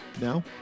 Now